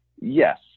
Yes